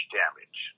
damage